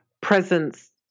presence